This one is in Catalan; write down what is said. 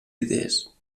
idees